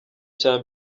cya